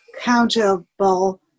accountable